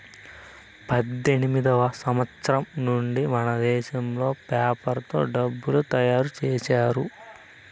పద్దెనిమిదివ సంవచ్చరం నుండి మనదేశంలో పేపర్ తో డబ్బులు తయారు చేశారు